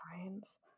Science